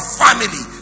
family